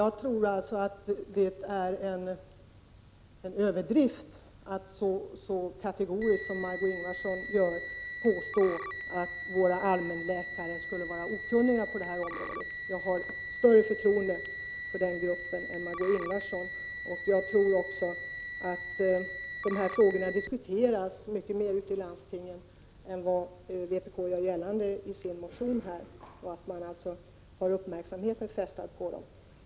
Jag tror att det är att gå till överdrift att så kategoriskt som Margö Ingvardsson påstå att våra allmänläkare skulle vara okunniga på det här området. Jag har större förtroende för den gruppen än vad Marg6ö Ingvardsson har. Jag tror att dessa frågor diskuteras mycket mer ute i landstingen än vad vpk gör gällande i sin motion. Man har uppmärksamheten fästad på problemet.